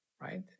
right